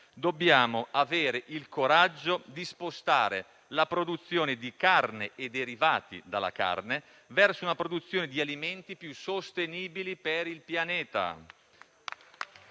Dobbiamo avere il coraggio di spostare la produzione di carne e derivati dalla carne verso una produzione di alimenti più sostenibili per il pianeta